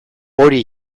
hori